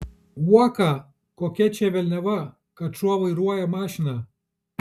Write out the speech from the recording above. uoką kokia čia velniava kad šuo vairuoja mašiną